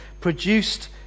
produced